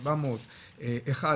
6400-1,